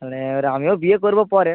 মানে এবারে আমিও বিয়ে করব পরে